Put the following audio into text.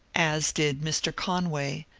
as did mr. conway,